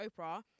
Oprah